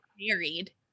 married